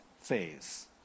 phase